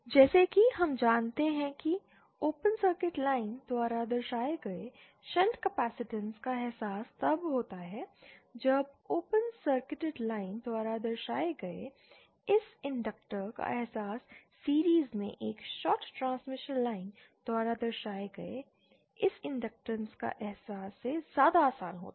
जैसा कि हम जानते हैं कि ओपन सर्किट लाइन द्वारा दर्शाए गए शंट कैपेसिटेंस का अहसास तब होता है जब ओपन सर्कुलेटेड लाइन द्वारा दर्शाए गए इस इंट्रक्टर का अहसास सीरिज़ में एक शॉर्ट ट्रांसमिशन लाइन द्वारा दर्शाए गए इस इंट्रक्टर के अहसास से ज्यादा आसान होता है